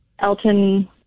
Elton